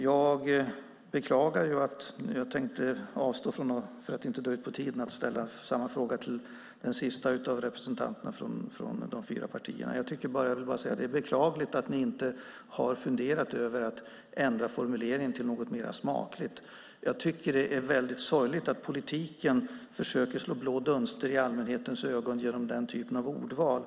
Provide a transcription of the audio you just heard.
Jag tänker avstå från att ställa samma fråga till den sista av representanterna för de fyra partierna. Jag vill bara säga att jag tycker att det är beklagligt att ni inte har funderat över att ändra formuleringen till något mer smakligt. Jag tycker att det är sorgligt att politiker försöker slå blå dunster i allmänhetens ögon genom den typen av ordval.